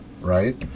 right